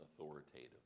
authoritative